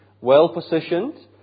well-positioned